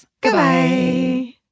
Goodbye